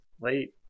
late